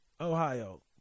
Ohio